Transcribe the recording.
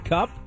Cup